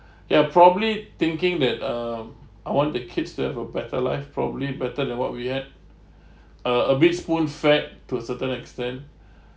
ya probably thinking that um I want the kids to have a better life probably better than what we had uh a bit spoon-fed to a certain extent